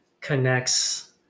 connects